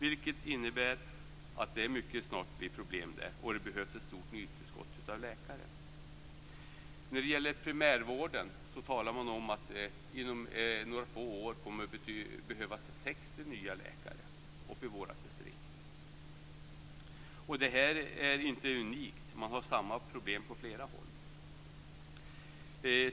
Det innebär att det mycket snart blir problem där. Det behövs ett stort nytillskott av läkare. I primärvården talar man om att det inom några få år kommer att behövas 60 nya läkare i vårt distrikt. Detta är inte unikt. Man har samma problem på flera håll.